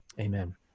Amen